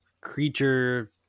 creature